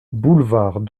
boulevard